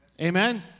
Amen